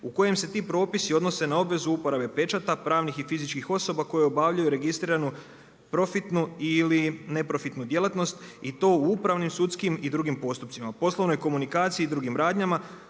u kojem se ti propisi odnose na obvezu uporabe pečata pravnih i fizičkih osoba koje obavljaju registriranu, profitnu ili neprofitnu djelatnost i to u upravnim, sudskim i drugim postupcima, poslovnoj komunikaciji i drugim radnjama